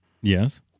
Yes